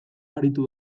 aritu